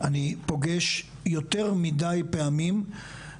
אני פוגש יותר מידי פעמים,